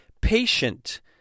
patient